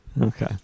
Okay